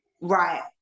Right